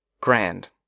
Grand